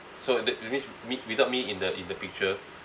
so the that means me without me in the in the picture